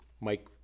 Mike